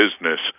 business